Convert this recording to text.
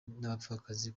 n’abapfakazi